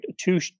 Two